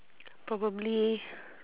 probably